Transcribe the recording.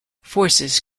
forces